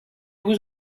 was